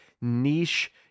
niche